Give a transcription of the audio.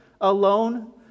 alone